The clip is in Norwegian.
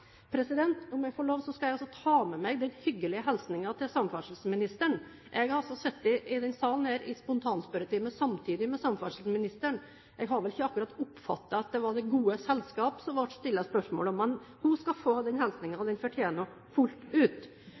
Om jeg får lov, skal jeg ta med meg den hyggelige hilsenen til samferdselsministeren. Jeg har sittet i denne salen i spontanspørretimen samtidig med samferdselsministeren – jeg har vel ikke akkurat oppfattet at det var det gode selskap som ble stilt spørsmål. Men hun skal få den hilsenen, den fortjener hun fullt ut.